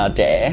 trẻ